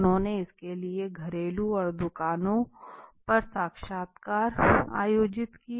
उन्होंने इसके लिए घरेलू और दुकानों पर साक्षात्कार आयोजित किए